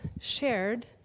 shared